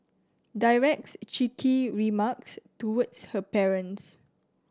directs cheeky remarks towards her parents